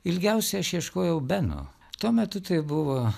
ilgiausiai aš ieškojau beno tuo metu tai buvo